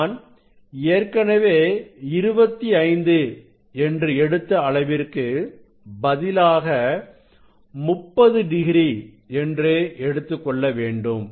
நான் ஏற்கனவே 25 என்று எடுத்த அளவிற்கு பதிலாக 30 டிகிரி என்று எடுத்துக்கொள்ள வேண்டும்